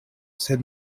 sed